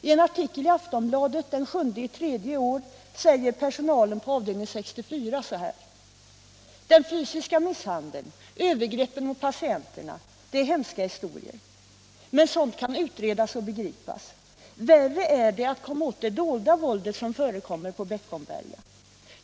I en artikel i Aftonbladet den 7 mars i år säger personalen på avdelning 64 bl.a. så här: ”Den fysiska misshandeln, övergreppen mot patienterna — det är hemska historier. -—- Men sånt kan utredas och begripas. Värre är det att komma åt det dolda våldet som förekommer på Beckomberga.